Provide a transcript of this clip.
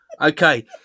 Okay